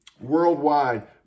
Worldwide